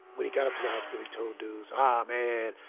when he got up to the hospital, he told dudes, ah, man.